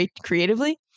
creatively